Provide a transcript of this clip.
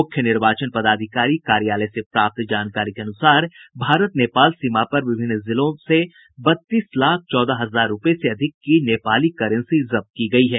मुख्य निर्वाचन पदाधिकारी कार्यालय से प्राप्त जानकारी के अनुसार भारत नेपाल सीमा पर विभिन्न जिलों में बत्तीस लाख चौदह हजार रूपये से अधिक की नेपाली करेंसी जब्त की गयी है